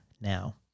now